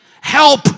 help